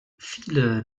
viele